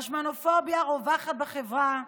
השמנופוביה רווחת בחברה,